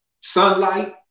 sunlight